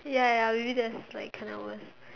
ya ya maybe just like ten hours